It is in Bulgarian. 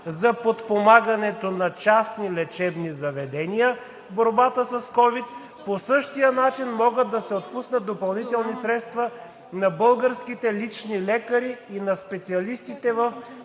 за подпомагането на частни лечебни заведения в борбата с ковид, по същия начин могат да се отпуснат допълнителни средства на българските лични лекари и на специалистите в